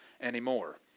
anymore